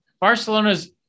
Barcelona's